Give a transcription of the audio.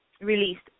released